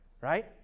right